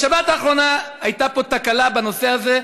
בשבת האחרונה הייתה פה תקלה בנושא הזה.